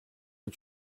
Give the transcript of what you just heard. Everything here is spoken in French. est